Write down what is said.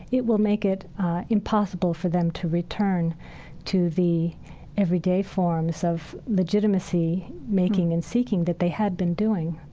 it will make it impossible for them to return to the everyday forms of legitimacy, making, and seeking that they had been doing